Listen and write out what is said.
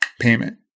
payment